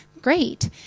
great